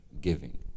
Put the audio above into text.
Giving